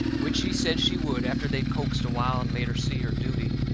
which she said she would after they'd coaxed a while and made her see her duty.